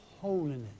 holiness